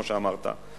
כמו שאמרת,